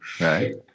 Right